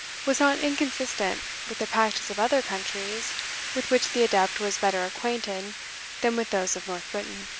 was not inconsistent with the practice of other countries with which the adept was better acquainted than with those of north britain.